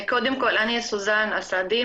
אני סוזן אסזי,